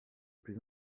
plus